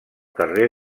carrer